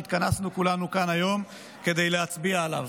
שהתכנסנו כולנו כאן היום כדי להצביע עליו.